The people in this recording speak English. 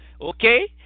okay